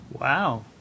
Wow